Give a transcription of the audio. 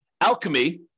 Alchemy